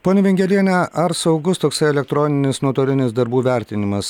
ponia vingeliene ar saugus toksai elektroninis nuotolinis darbų vertinimas